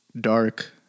dark